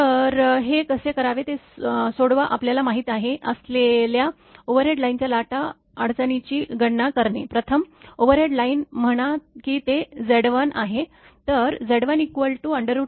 तर हे कसे करावे ते सोडवा आपल्यास माहित असलेल्या ओव्हरहेड लाइनच्या लाट अडचणीची गणना करणे प्रथम ओव्हरहेड लाइन म्हणा की ते Z1 आहे